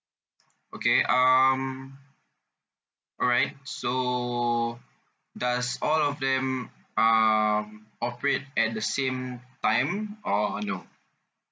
okay um alright so does all of them um operate at the same time or no